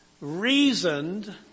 reasoned